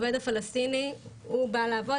כשהעובד הפלסטיני בא לעבוד,